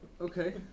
okay